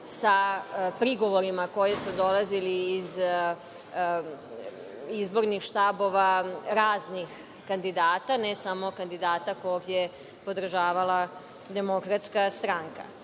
sa prigovorima koji su dolazili iz izbornih štabova raznih kandidata, ne samo kandidata koga je podržavala DS.Naime, izborni